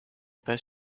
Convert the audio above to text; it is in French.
pas